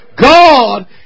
God